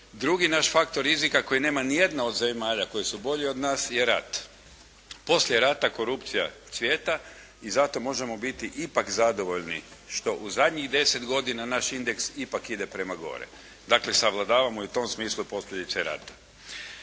Drugi naš faktor rizika koji nema nijedna od zemalja koji su bolji od nas je rat. Poslije rata korupcija cvijeta i zato možemo biti ipak zadovoljni što u zadnjih deset godina naš indeks ipak ide prema gore. Dakle, savladavamo i u tom smislu posljedice rata.